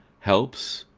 helps,